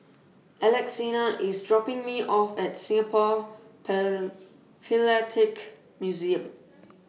Alexina IS dropping Me off At Singapore Per Philatelic Museum